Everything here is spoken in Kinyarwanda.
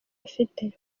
afite